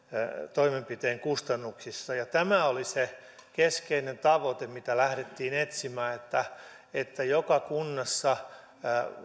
toimenpiteen kustannuksissa tämä oli se keskeinen tavoite mitä lähdettiin etsimään olisi tärkeää että joka kunnassa